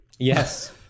Yes